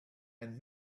and